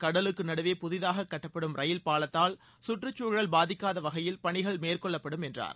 கடலுக்கு நடுவே புதிதாகக் கட்டப்படும் ரயில் பாலத்தால் கற்றுச்சூழல் பாதிக்காத வகையில் பணிகள் மேற்கொள்ளப்படும் என்றார்